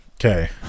Okay